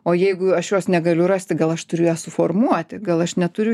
o jeigu aš jos negaliu rasti gal aš turiu ją suformuoti gal aš neturiu